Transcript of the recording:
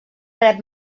rep